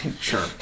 Sure